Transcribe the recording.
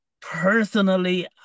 Personally